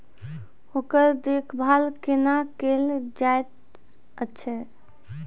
ओकर देखभाल कुना केल जायत अछि?